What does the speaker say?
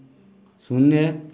शून्य